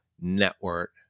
Network